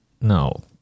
no